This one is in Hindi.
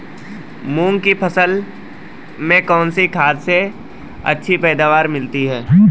मूंग की फसल में कौनसी खाद से अच्छी पैदावार मिलती है?